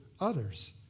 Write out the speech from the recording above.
others